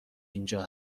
اینجا